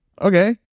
Okay